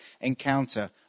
encounter